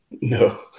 No